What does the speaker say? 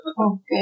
Okay